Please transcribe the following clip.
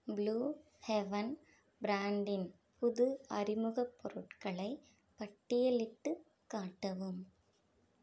blue heaven பிரான்டின் புது அறிமுகப் பொருட்களை பட்டியலிட்டுக் காட்டவும்